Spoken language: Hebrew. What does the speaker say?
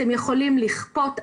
אתם יכולים לכפות,